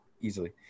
easily